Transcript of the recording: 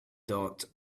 dot